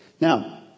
Now